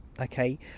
okay